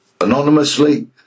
anonymously